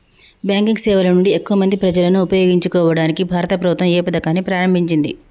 Banking సేవల నుండి ఎక్కువ మంది ప్రజలను ఉపయోగించుకోవడానికి భారత ప్రభుత్వం ఏ పథకాన్ని ప్రారంభించింది?